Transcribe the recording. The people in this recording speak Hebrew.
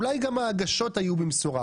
אולי גם ההגשות היו במסורה.